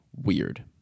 weird